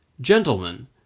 Gentlemen